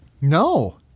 No